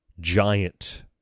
giant